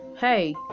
hey